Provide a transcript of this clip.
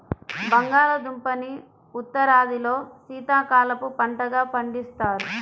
బంగాళాదుంపని ఉత్తరాదిలో శీతాకాలపు పంటగా పండిస్తారు